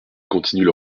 continuent